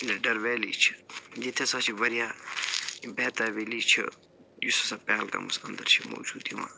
Lidder valley چھِ ییٚتہِ ہسا چھِ واریاہ بیتاب ویلی چھِ یُس ہسا پہلگامَس أنٛدٕرۍ چھِ موجوٗد یِوان